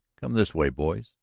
come this way, boys.